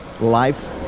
life